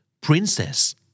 Princess